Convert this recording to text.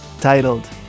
titled